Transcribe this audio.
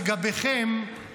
לגביכם,